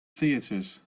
theatres